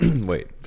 Wait